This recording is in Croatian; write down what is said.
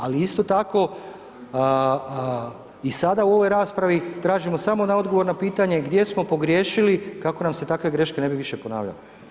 Ali isto tako i sada u ovoj raspravi tražimo samo na odgovorna pitanja gdje smo pogriješili kako nam se takve greške više ne bi ponavljale.